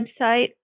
website